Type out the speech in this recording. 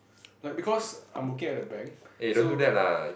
like because I'm working at the bank so